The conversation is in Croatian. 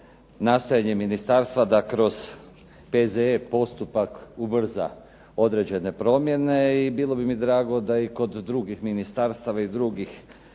nastojanje ministarstva da kroz P.Z.E. postupak ubrza određene promjene i bilo bi mi drago da kod drugih ministarstava i drugih